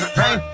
hey